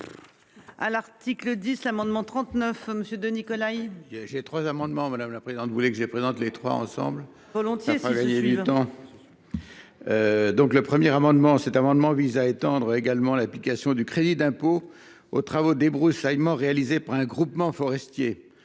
À l'article 10 l'amendement 39 monsieur Denis Colin. Il a, j'ai trois amendements, madame la présidente. Vous voulez que j'ai présente les 3 ensemble volontiers si. Militant. Donc le premier amendement cet amendement vise à étendre également l'application du crédit d'impôt aux travaux débroussaillement réalisée par un groupement forestier